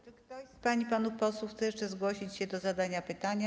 Czy ktoś z pań i panów posłów chce jeszcze zgłosić się do zadania pytania?